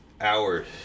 hours